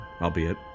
Albeit